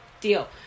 deal